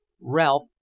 Ralph